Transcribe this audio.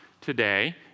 today